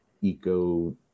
eco